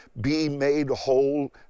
be-made-whole